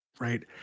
Right